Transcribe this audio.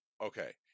okay